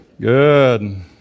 Good